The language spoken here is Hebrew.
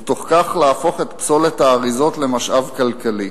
ובתוך כך להפוך את פסולת האריזות למשאב כלכלי.